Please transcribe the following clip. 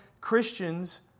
Christians